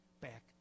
back